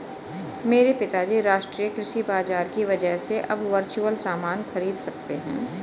मेरे पिताजी राष्ट्रीय कृषि बाजार की वजह से अब वर्चुअल सामान खरीद सकते हैं